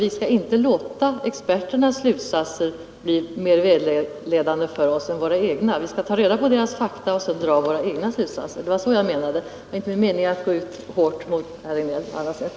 Vi skall inte låta experternas slutsatser bli mer vägledande för oss än våra egna. Vi skall ta reda på deras fakta och sedan dra våra slutsatser — det var så jag menade. Min mening var inte att gå ut hårt mot herr Regnéll på annat sätt.